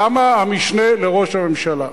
למה המשנה לראש הממשלה,